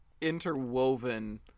interwoven